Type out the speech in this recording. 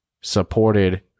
supported